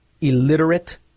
illiterate